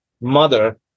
mother